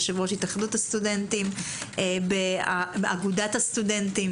יושב-ראש התאחדות הסטודנטים באגודת הסטודנטים